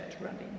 running